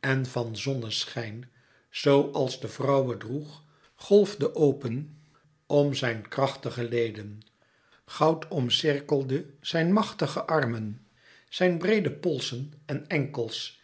en van zonneschijn zoo als de vrouwe droeg golfde open om zijn krachtige leden goud omcirkelde zijn machtige armen zijn breede polsen en enkels